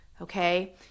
Okay